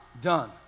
done